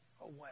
away